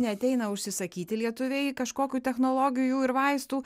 neateina užsisakyti lietuviai kažkokių technologijų ir vaistų